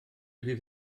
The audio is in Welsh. fydd